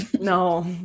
no